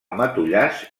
matollars